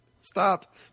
Stop